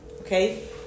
Okay